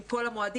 עם כל המועדים,